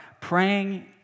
praying